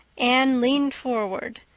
anne leaned forward,